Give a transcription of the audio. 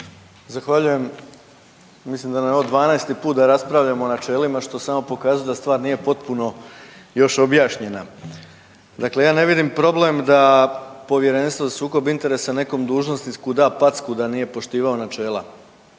Zahvaljujem. Mislim da nam je ovo 12 put da raspravljamo o načelima što samo pokazuje da stvar nije potpuno još objašnjena. Dakle, ja ne vidim problem da Povjerenstvo za sukob interesa nekom dužnosniku da packu da nije poštivao načela.